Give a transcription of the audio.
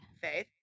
Faith